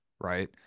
Right